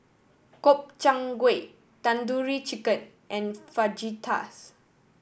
Gobchang Gui Tandoori Chicken and Fajitas